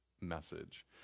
message